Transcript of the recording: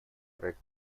проект